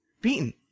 beaten